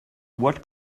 what